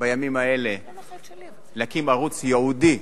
בימים האלה להקמת ערוץ ייעודי,